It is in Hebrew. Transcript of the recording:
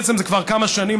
בעצם כבר כמה שנים,